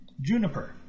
Juniper